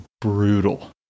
brutal